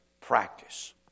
practice